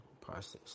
Process